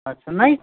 ଆଚ୍ଛା ନାହିଁ